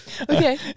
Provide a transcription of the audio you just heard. okay